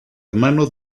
hermano